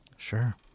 Sure